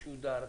משודר,